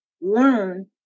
learn